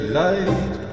light